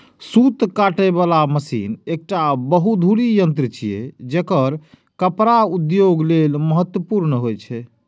सूत काटे बला मशीन एकटा बहुधुरी यंत्र छियै, जेकर कपड़ा उद्योग लेल महत्वपूर्ण होइ छै